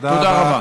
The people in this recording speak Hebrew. תודה רבה.